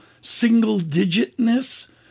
single-digitness